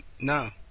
No